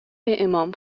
امام